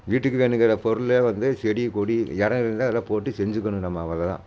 வீட்டுக்கு வேணுங்கிற பொருளை வந்து செடி கொடி இடம் இருந்தால் எல்லாம் போட்டு செஞ்சுக்கணும் நம்ம அவ்வளோதான்